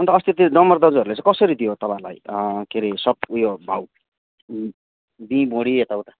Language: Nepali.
अन्त अस्ति त्यो डम्बर दाजुहेरले चै कसरी दियो तपाईँहरूलाई के अरे सब उयो भाउ बीँ बोडी एता उता